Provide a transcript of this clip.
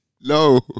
No